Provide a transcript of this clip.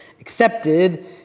accepted